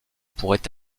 pourrait